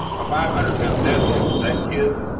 a five hundred lb deadlift for that kid,